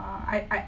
uh I I